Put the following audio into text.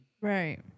Right